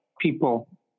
people